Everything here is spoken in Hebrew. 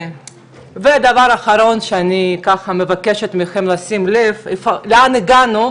ודבר אחרון שאני מבקשת מכם לשים לב לאן הגענו,